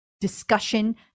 discussion